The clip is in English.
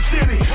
City